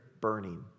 burning